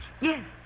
Yes